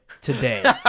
today